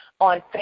on